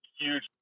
huge